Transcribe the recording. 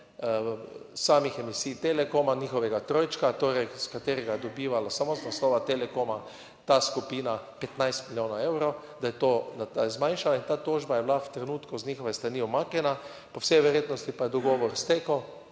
samih emisij Telekoma, njihovega trojčka, torej, iz katerega je dobivala samo iz naslova Telekoma ta skupina 15 milijonov evrov, da je to zmanjšalo in ta tožba je bila v trenutku z njihove strani umaknjena, po vsej verjetnosti pa je dogovor stekel.